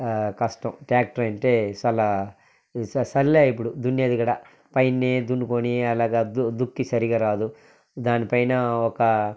కష్టం ట్యాక్టర్ అంటే చాలా స సరిలేదు ఇప్పుడు దున్నేది కూడా పైననే దున్నుకొని అలాగ దు దుక్కి సరగా రాదు దాని పైన ఒక